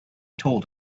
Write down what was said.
told